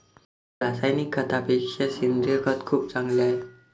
रासायनिक खतापेक्षा सेंद्रिय खत खूप चांगले आहे